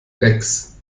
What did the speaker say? rex